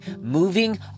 moving